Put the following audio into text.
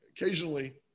occasionally